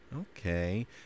okay